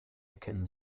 erkennen